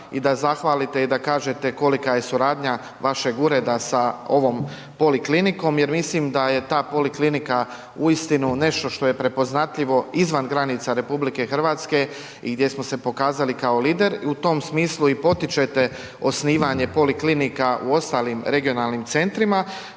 i da zahvalite i da kažete kolika je suradnja vašeg ureda sa ovom poliklinikom jer mislim da je ta poliklinika uistinu nešto što je prepoznatljivo izvan granica RH i gdje smo se pokazali kao lider i u tom smislu i potičete osnivanje poliklinika u ostalim regionalnim centrima.